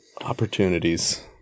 opportunities